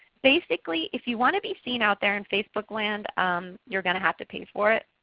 basically, if you want to be seen out there in facebook land you're going to have to pay for it.